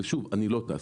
ושוב, אני לא טס.